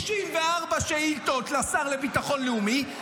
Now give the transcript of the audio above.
64 שאילתות לשר לביטחון לאומי,